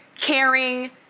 caring